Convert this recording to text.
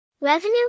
Revenue